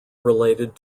related